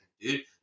dude